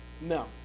No